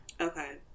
okay